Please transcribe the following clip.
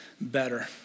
better